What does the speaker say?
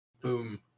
boom